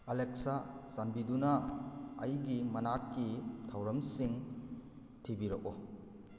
Alexa ꯆꯥꯟꯕꯤꯗꯨꯅ ꯑꯩꯒꯤ ꯃꯅꯥꯛꯀꯤ ꯊꯧꯔꯝꯁꯤꯡ ꯊꯤꯕꯤꯔꯛꯎ